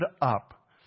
up